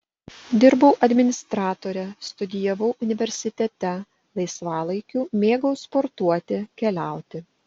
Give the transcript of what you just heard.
dirbau administratore studijavau universitete laisvalaikiu mėgau sportuoti keliauti